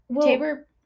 Tabor